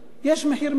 יש מחיר מינימום,